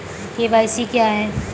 KYC क्या है?